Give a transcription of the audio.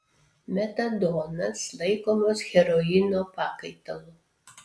metadonas laikomas heroino pakaitalu